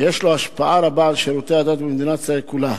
ויש לו השפעה רבה על שירותי הדת במדינת ישראל כולה,